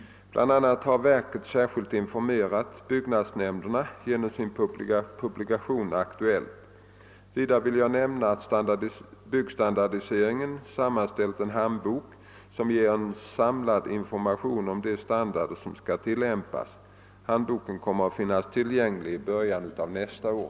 BI. a. har verket särskilt informerat byggnadsnämnderna genom sin publikation Aktuellt. Vidare vill jag nämna att Byggstandardiseringen sammanställt en handbok som ger en samlad information om de standarder som skall tilllämpas. Handboken kommer att finnas tillgänglig i början på nästa år.